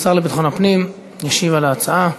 השר לביטחון הפנים ישיב על ההצעה.